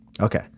Okay